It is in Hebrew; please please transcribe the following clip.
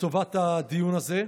לטובת הדיון הזה.